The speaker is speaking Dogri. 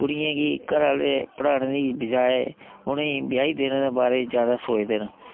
कुड़ियें गी घरैआह्ले पढ़ाने दे बजाए उ'नेंगी ब्याही देने दे बारे च ज्यादा सोचदे न